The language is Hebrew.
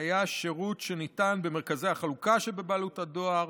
היה שירות שניתן במרכזי החלוקה שבבעלות הדואר,